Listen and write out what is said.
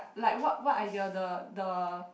like what what idea the the